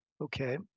Okay